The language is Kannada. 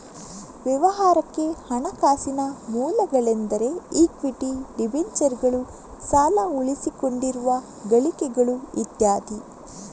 ವ್ಯವಹಾರಕ್ಕೆ ಹಣಕಾಸಿನ ಮೂಲಗಳೆಂದರೆ ಇಕ್ವಿಟಿ, ಡಿಬೆಂಚರುಗಳು, ಸಾಲ, ಉಳಿಸಿಕೊಂಡಿರುವ ಗಳಿಕೆಗಳು ಇತ್ಯಾದಿ